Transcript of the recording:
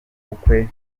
ubukwe